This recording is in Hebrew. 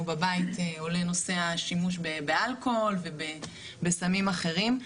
בבית עולה נושא השימוש באלכוהול ובסמים אחרים.